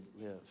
live